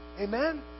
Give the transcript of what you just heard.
Amen